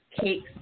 cakes